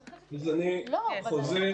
זה בזבוז זמן.